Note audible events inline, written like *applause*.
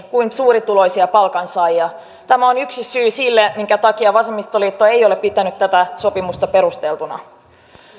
*unintelligible* kuin suurituloisia palkansaajia tämä on yksi syy sille minkä takia vasemmistoliitto ei ole pitänyt tätä sopimusta perusteltuna